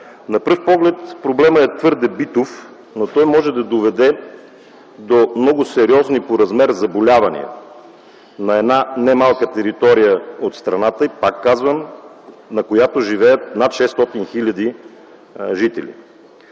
На пръв поглед проблемът е твърде битов, но той може да доведе до много сериозни по размер заболявания на не малка територия от страната, на която – пак казвам – живеят над 600 хил. жители.